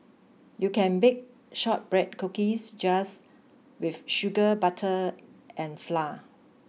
you can bake shortbread cookies just with sugar butter and flour